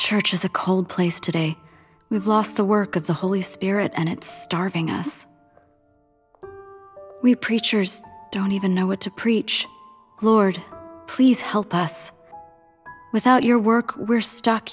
church is a cold place today we've lost the work of the holy spirit and it's starving us we preachers don't even know what to preach lord please help us without your work we're stuck